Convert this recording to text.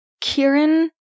Kieran